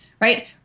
Right